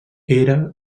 era